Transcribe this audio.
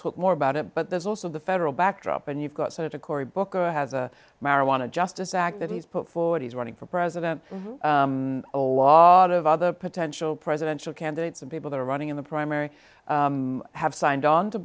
talk more about it but there's also the federal backdrop and you've got sort of book has a marijuana justice act that he's put forward he's running for president or wot of other potential presidential candidates of people that are running in the primary have signed on to